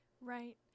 Right